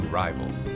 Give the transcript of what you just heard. rivals